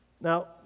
Now